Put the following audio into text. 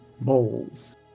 bowls